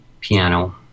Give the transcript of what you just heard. piano